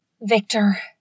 Victor